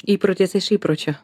įprotis iš įpročio